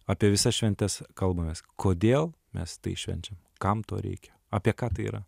apie visas šventes kalbamės kodėl mes tai švenčiam kam to reikia apie ką tai yra